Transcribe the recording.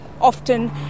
often